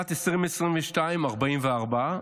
בשנת 2022, 44,